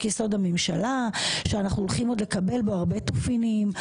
יסוד: הממשלה כאשר אנחנו הולכים עוד לקבל בה הרבה תופינים,